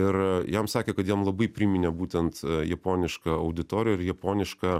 ir jam sakė kad jam labai priminė būtent japonišką auditoriją ir japonišką